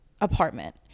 apartment